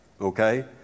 Okay